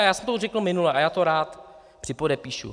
A já jsem to už řekl minule, já to rád připodepíšu.